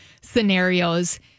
scenarios